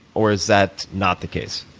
or is that not the case?